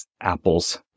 apples